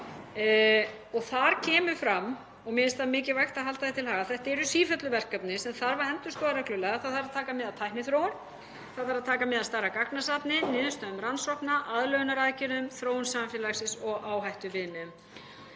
Þar kemur fram, og mér finnst mikilvægt að halda því til haga, að þetta eru sífelluverkefni sem þarf að endurskoða reglulega. Þá þarf að taka mið af tækniþróun, það þarf að taka mið af stærra gagnasafni, niðurstöðum rannsókna, aðlögunaraðgerðum, þróun samfélagsins og áhættuviðmiðum.